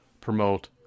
promote